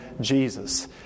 Jesus